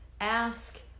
ask